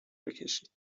بکشید